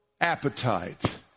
appetite